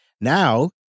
Now